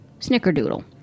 Snickerdoodle